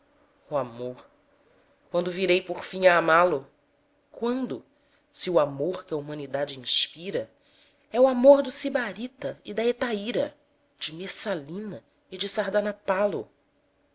o amor quando virei por fim a amá-lo quando se o amor quea humanidade inspira é o amor do sibarita e da hetaíra de messalina e de sardanapalo pois